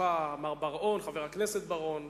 חבר הכנסת בר-און,